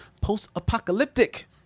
post-apocalyptic